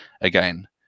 Again